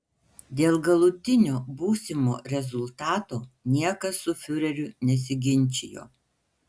dėl galutinio būsimo rezultato niekas su fiureriu nesiginčijo